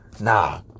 nah